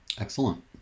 Excellent